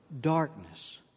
Darkness